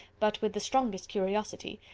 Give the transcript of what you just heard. but with the strongest curiosity,